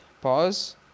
pause